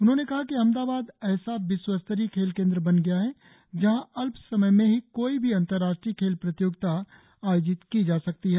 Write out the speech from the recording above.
उन्होंने कहा कि अहमदाबाद ऐसा विश्व स्तरीय खेल केन्द्र बन गया है जहां अल्प समय में ही कोई भी अन्तर्राष्ट्रीय खेल प्रतियोगिता आयोजित की जा सकती है